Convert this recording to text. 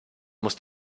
muss